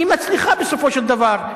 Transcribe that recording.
הן מצליחות בסופו של דבר.